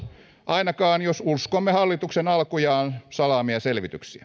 ainakaan jos uskomme hallituksen alkujaan salaamia selvityksiä